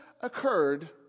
occurred